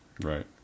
right